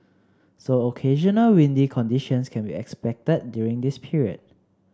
so occasional windy conditions can be expected during this period